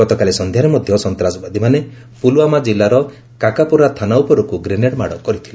ଗତକାଲି ସନ୍ଧ୍ୟାରେ ମଧ୍ୟ ସନ୍ତାସବାଦୀମାନେ ପୁଲଓ୍ୱାମା ଜିଲ୍ଲାର କାକାପୋରା ଥାନା ଉପରକୁ ଗ୍ରେନେଡ ମାଡ଼ କରିଥିଲେ